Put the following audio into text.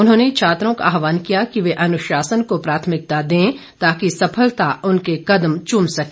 उन्होंने छात्रों का आहवान किया कि वे अनुशासन को प्राथमिकता दें ताकि सफलता उनके कदम चूम सके